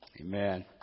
Amen